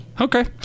okay